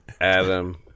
Adam